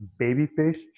Babyface